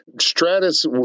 stratus